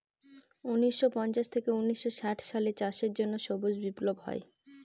উনিশশো পঞ্চাশ থেকে উনিশশো ষাট সালে চাষের জন্য সবুজ বিপ্লব হয়